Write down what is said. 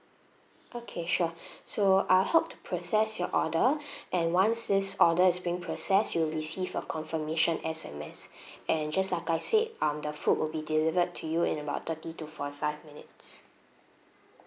okay sure so I'll help to process your order and once this order is being processed you'll receive a confirmation S_M_S and just like I said um the food will be delivered to you in about thirty to forty five minutes